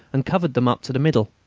and covered them up to the middle.